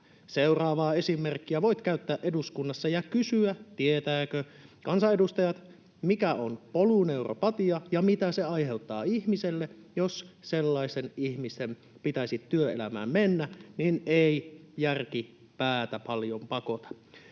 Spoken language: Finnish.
Seuraavaa esimerkkiä voit käyttää eduskunnassa ja kysyä, tietävätkö kansanedustajat, mikä on polyneuropatia ja mitä se aiheuttaa ihmiselle. Jos sellaisen ihmisen pitäisi työelämään mennä, niin ei järki päätä paljon pakota.”